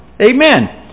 Amen